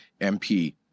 MP